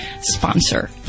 sponsor